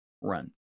run